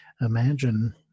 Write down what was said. imagine